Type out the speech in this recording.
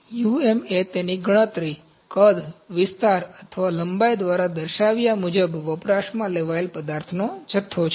UM એ તેની ગણતરી કદ વિસ્તાર અથવા લંબાઈ દ્વારા દર્શાવ્યા મુજબ વપરાશમાં લેવાયેલી પદાર્થનો જથ્થો છે